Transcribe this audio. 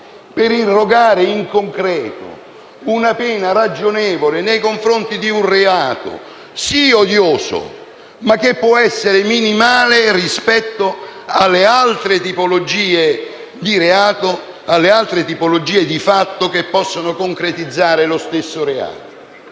per irrogare in concreto una pena ragionevole nei confronti di un reato sì odioso, ma che può essere minimale rispetto alle altre tipologie di reato e alle altre tipologie di fatto che possono concretizzare lo stesso reato.